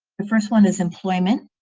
the first one is employment,